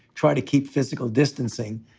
try to keep physical distancing.